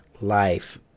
life